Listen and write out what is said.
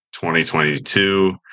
2022